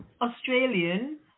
Australian